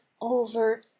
over